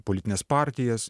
politines partijas